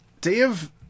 Dave